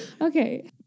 okay